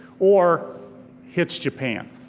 or hits japan.